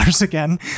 again